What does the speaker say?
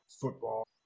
football